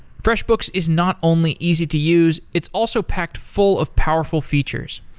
freshbooks is not only easy to use, it's also packed full of powerful features.